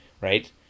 right